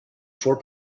four